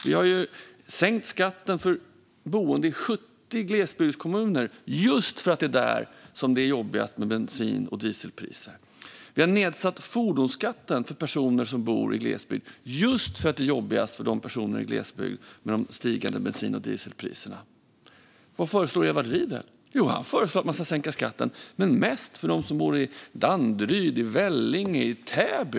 Vi har sänkt skatten för boende i 70 glesbygdskommuner, just för att det är där det är jobbigast med bensin och dieselpriserna. Vi har satt ned fordonsskatten för personer som bor i glesbygd, just för att de stigande bensin och dieselpriserna är jobbigast för personer som bor i glesbygd. Vad föreslår Edward Riedl? Han föreslår att man ska sänka skatten, men mest för dem som bor i Danderyd, Vellinge och Täby.